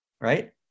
right